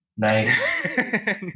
Nice